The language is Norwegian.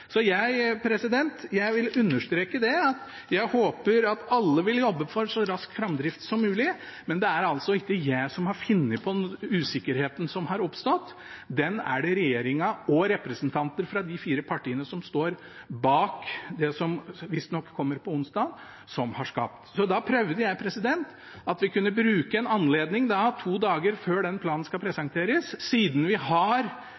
Jeg vil understreke at jeg håper at alle vil jobbe for så rask framdrift som mulig, men det er altså ikke jeg som har funnet på usikkerheten som har oppstått. Den er det regjeringen og representanter fra de fire partiene som står bak det som visstnok kommer på onsdag, som har skapt. Så da tenkte jeg at vi kunne prøve å bruke denne anledningen to dager før den planen skal presenteres – siden vi har